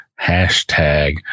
hashtag